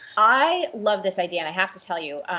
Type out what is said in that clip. i love this idea, and i have to tell you,